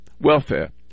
welfare